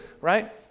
right